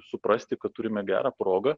suprasti kad turime gerą progą